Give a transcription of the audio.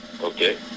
okay